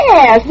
Yes